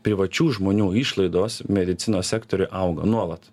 privačių žmonių išlaidos medicinos sektoriui auga nuolat